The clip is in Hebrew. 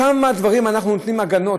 לכמה דברים אנחנו נותנים הגנות?